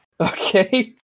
Okay